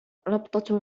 ربطة